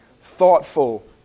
thoughtful